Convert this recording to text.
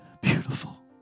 Beautiful